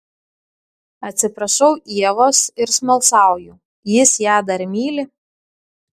atsiprašau ievos ir smalsauju jis ją dar myli